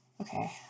Okay